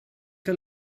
que